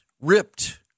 ripped